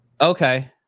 okay